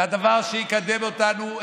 והדבר שיקדם אותנו,